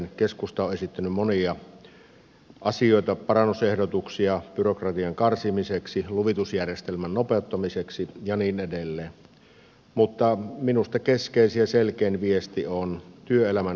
keskusta on esittänyt monia asioita parannusehdotuksia byrokratian karsimiseksi luvitusjärjestelmän nopeuttamiseksi ja niin edelleen mutta minusta keskeisin ja selkein viesti on työelämän uudistaminen